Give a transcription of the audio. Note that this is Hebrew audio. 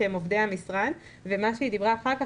שהם עובדי המשרד ומה שהיא אמרה אחר כך,